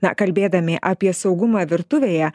na kalbėdami apie saugumą virtuvėje